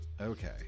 okay